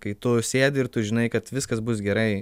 kai tu sėdi ir tu žinai kad viskas bus gerai